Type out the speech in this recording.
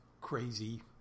crazy